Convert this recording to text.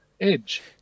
Edge